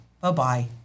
Bye-bye